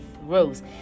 Rose